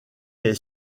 est